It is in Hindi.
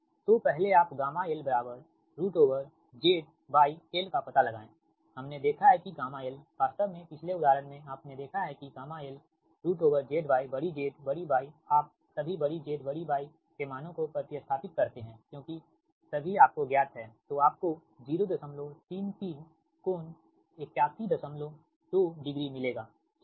तो पहले आप γlZYl का पता लगाएँ हमने देखा है कि γl वास्तव में पिछले उदाहरण में आपने देखा है कि γl ZY बड़ी Z बड़ी Y आप सभी बड़ी Z बड़ी Y के मानों को प्रति स्थापित करते हैं क्योंकि सभी आपको ज्ञात है तो आपको 033 कोण 812 डिग्री मिलेगा ठीक है